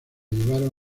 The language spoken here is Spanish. llevaron